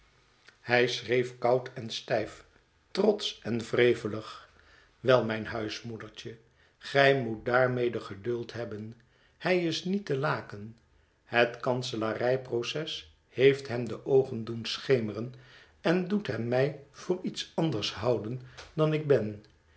hij schreef koud en stijf trotsch en wrevelig wel mijn huismoedertje gij moet daarmede geduld hebben hij is niet te laken het kanselarij proces heeft hem de oogen doen schemeren en doet hem mij voor iets anders houden dan ik ben